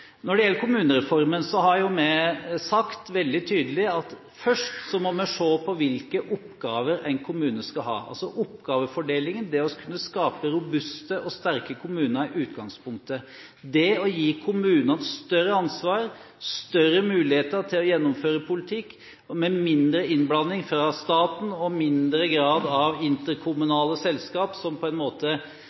Når det gjelder kommunereformen, har vi sagt veldig tydelig at vi først må se på hvilke oppgaver en kommune skal ha – altså oppgavefordelingen, det å kunne skape robuste og sterke kommuner i utgangspunktet, og det å gi kommunene større ansvar, større muligheter til å gjennomføre politikk, med mindre innblanding fra staten og mindre grad av interkommunale selskaper som